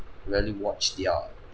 really watch their